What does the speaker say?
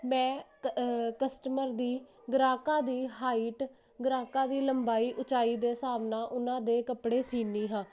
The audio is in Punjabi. ਮੈਂ ਕਸਟਮਰ ਦੀ ਗ੍ਰਾਹਕਾਂ ਦੀ ਹਾਈਟ ਗ੍ਰਾਹਕਾਂ ਦੀ ਲੰਬਾਈ ਉਚਾਈ ਦੇ ਹਿਸਾਬ ਨਾਲ ਉਹਨਾਂ ਦੇ ਕੱਪੜੇ ਸੀਨੀ ਹਾਂ